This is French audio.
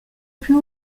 plus